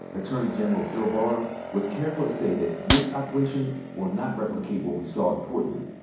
attorney general bill barr was careful to say that this operation will not replicate what we saw in portland.